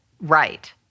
right